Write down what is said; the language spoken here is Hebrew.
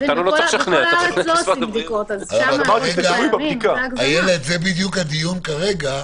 זה בדיוק הדיון כרגע.